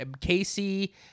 casey